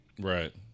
Right